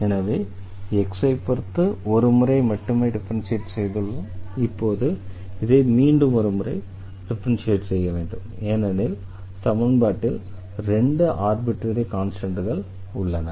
எனவே x ஐ பொறுத்து ஒரு முறை மட்டுமே டிஃபரன்ஷியேட் செய்துள்ளோம் இப்போது இதை மீண்டும் ஒரு முறை டிஃபரன்ஷியேட் செய்ய வேண்டும் ஏனெனில் சமன்பாட்டில் 2 ஆர்பிட்ரரி கான்ஸ்டண்ட்கள் உள்ளன